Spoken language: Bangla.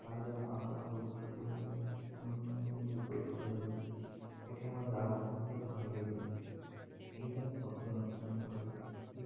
তার দ্বারা আমরা আরও উৎফুল্ল হতে থাকি নিত্য নতুন ছবি পোস্ট করার জন্য এটাই আমাদের আগ্রহকে আরও বাড়িয়ে তোলে এর দ্বারা সকলেই অনুপ্রাণিত হই এই